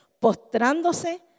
postrándose